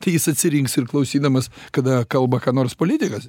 tai jis atsirinks ir klausydamas kada kalba ką nors politikas